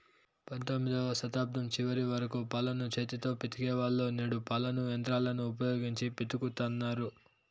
పంతొమ్మిదవ శతాబ్దం చివరి వరకు పాలను చేతితో పితికే వాళ్ళు, నేడు పాలను యంత్రాలను ఉపయోగించి పితుకుతన్నారు